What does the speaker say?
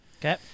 Okay